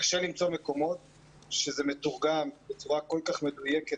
קשה למצוא מקומות שזה מתורגם בצורה כל כך מדויקת